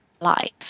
life